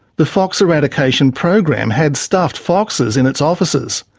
the fox eradication program had stuffed foxes in its offices.